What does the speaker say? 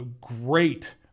great